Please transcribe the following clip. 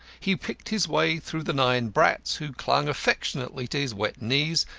he picked his way through the nine brats who clung affectionately to his wet knees,